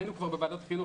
היינו בעבר בוועדת החינוך,